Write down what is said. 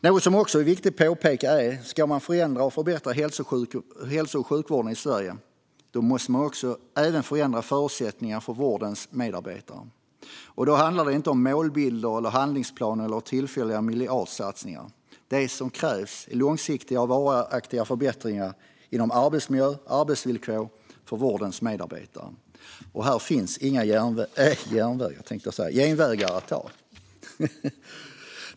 Något som också är viktigt att påpeka är: Ska man förändra och förbättra hälso och sjukvården i Sverige måste man även förändra förutsättningarna för vårdens medarbetare. Då handlar det inte om målbilder, handlingsplaner eller tillfälliga miljardsatsningar. Det som krävs är långsiktiga och varaktiga förbättringar när det gäller arbetsmiljö och arbetsvillkor för vårdens medarbetare. Här finns inga genvägar att ta.